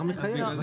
המאגר מחייב.